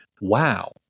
wow